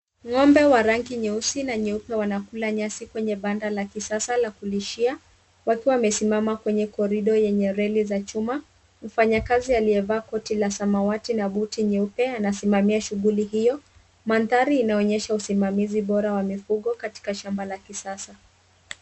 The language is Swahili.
Ng'ombe wa rangi nyeusi na nyeupe wanakula nyasi kwenye banda la kisasa la kulishia wakiwa wamesimama kwenye corridor yenye reli za chuma. Mfanyikazi aliyevaa koti la samawati na buti nyeupe anasimamia shughuli hiyo. Mandhari inaonyesha usimamizi bora wa mifugo katika shamba la kisasa.